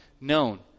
known